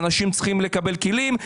האנשים צריכים לקבל כלים.